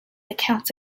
accounts